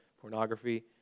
pornography